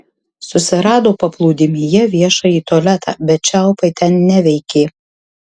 susirado paplūdimyje viešąjį tualetą bet čiaupai ten neveikė